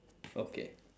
okay